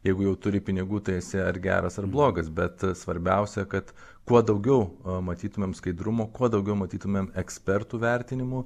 jeigu jau turi pinigų tai esi ar geras ar blogas bet svarbiausia kad kuo daugiau matytumėm skaidrumo kuo daugiau matytumėm ekspertų vertinimų